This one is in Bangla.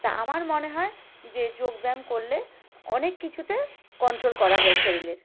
তা আমার মনে হয় যে যোগব্যায়াম করলে অনেক কিছুতে কন্ট্রোল করা যায় শরীরের